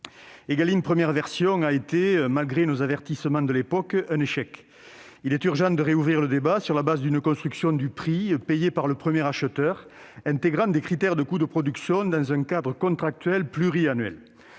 Égalim première version a été, malgré nos avertissements de l'époque, un échec. Il est urgent de rouvrir le débat sur la base d'une construction du prix payé par le premier acheteur, intégrant des critères de coûts de production dans un cadre contractuel pluriannuel.